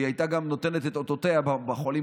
היא הייתה גם נותנת את אותותיה בחולים